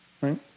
Right